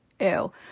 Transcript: ew